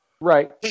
Right